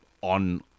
on